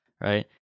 Right